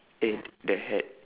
eh the hat